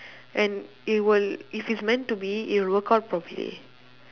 and it will if it's meant to be it will work out properly